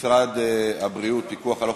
נושא פיקוח משרד הבריאות על האוכל